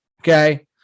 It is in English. Okay